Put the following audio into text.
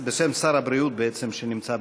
בשם שר הבריאות, בעצם, שנמצא בחוץ-לארץ.